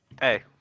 hey